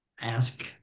ask